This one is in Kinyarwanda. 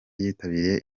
yitabiriye